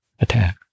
attack